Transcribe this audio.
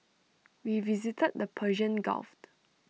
we visited the Persian gulf